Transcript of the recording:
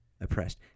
oppressed